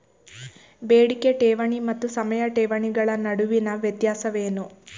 ಬೇಡಿಕೆ ಠೇವಣಿ ಮತ್ತು ಸಮಯ ಠೇವಣಿಗಳ ನಡುವಿನ ವ್ಯತ್ಯಾಸವೇನು?